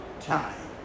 time